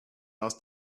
asked